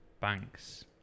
banks